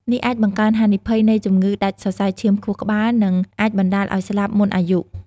នេះអាចបង្កើនហានិភ័យនៃ ជំងឺដាច់សរសៃឈាមខួរក្បាល និងអាចបណ្ដាលឱ្យស្លាប់មុនអាយុ។